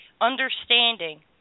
understanding